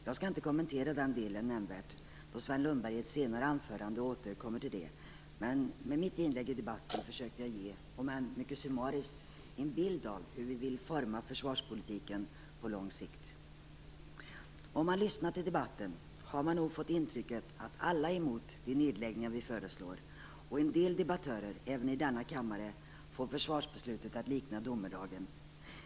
Jag skall inte kommentera detta nämnvärt, då Sven Lundberg i ett senare anförande återkommer till det. Med mitt inlägg i debatten försökte jag ge en, visserligen mycket summarisk, bild av hur vi vill forma försvarspolitiken på lång sikt. Om man lyssnat till debatten har man nog fått intrycket att alla är emot de nedläggningar som vi föreslår. En del debattörer, även i denna kammare, får försvarsbeslutet att likna domedagen.